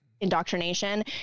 indoctrination